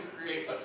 create